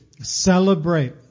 celebrate